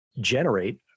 generate